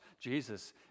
Jesus